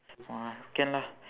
!wah! can lah